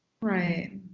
Right